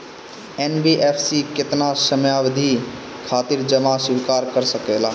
NBFC केतना समयावधि खातिर जमा स्वीकार कर सकला?